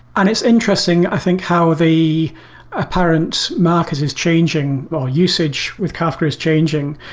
and it's interesting i think how the apparent market is is changing or usage with kafka is changing.